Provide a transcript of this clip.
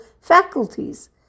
faculties